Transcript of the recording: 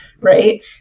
Right